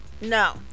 No